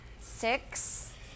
Six